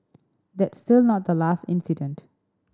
that's still not the last incident